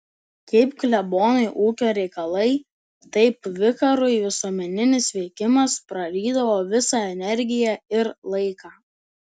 kaip klebonui ūkio reikalai taip vikarui visuomeninis veikimas prarydavo visą energiją ir laiką